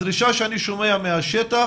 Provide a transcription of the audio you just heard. הדרישה שאני שומע מהשטח,